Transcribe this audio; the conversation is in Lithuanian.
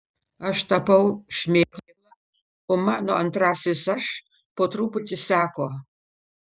aš tapau šmėkla o mano antrasis aš po truputį seko